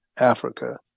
Africa